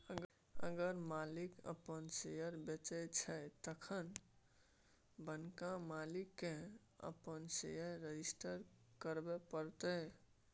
अगर मालिक अपन शेयर बेचै छै तखन नबका मालिक केँ अपन शेयर रजिस्टर करबे परतै